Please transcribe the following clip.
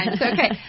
okay